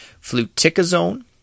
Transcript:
Fluticasone